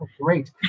Great